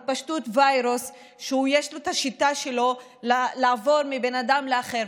התפשטות וירוס שיש לו את השיטה שלו לעבור מבן אדם אחד לאחר.